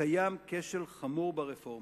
קיים כשל חמור ברפורמה.